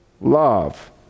love